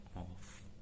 off